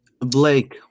Blake